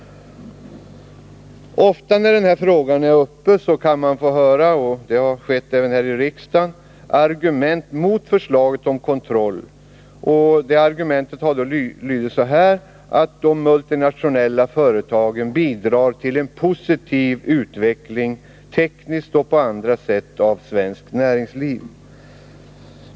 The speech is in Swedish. Ofta när den här frågan behandlas kan man få höra — och så har skett här i riksdagen — det argumentet mot förslaget om kontroll, att de multinationella företagen bidrar till en positiv utveckling, tekniskt och på andra sätt, av svenskt näringsliv.